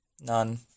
none